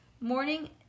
morning